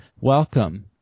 Welcome